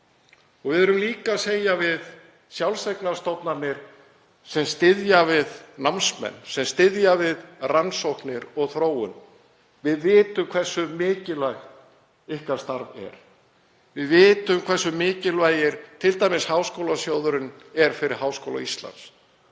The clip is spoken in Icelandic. Við erum líka að segja við sjálfseignarstofnanir sem styðja við námsmenn, sem styðja við rannsóknir og þróun: Við vitum hversu mikilvægt starf ykkar er. Við vitum hversu mikilvægur Háskólasjóður er t.d. fyrir Háskóla Íslands.